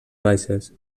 baixes